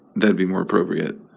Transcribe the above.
that would be more appropriate.